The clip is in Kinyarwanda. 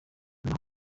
naho